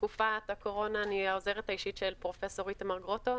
לתקופת הקורונה אני אהיה העוזרת האישית של פרופ' איתמר גרוטו,